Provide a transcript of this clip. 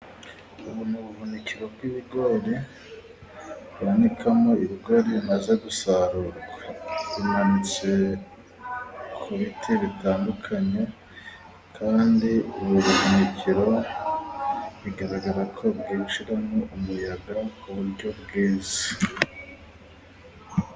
Ubu ni ubuhunikiro bw'ibigori banikamo ibigo bimaze gusarurwa. Bimanitse ku biti bitandukanye, kandi ubu buhukiro bigaragara ko bwishiramo umuyaga ku buryo bwiza.